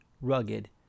rugged